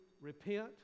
repent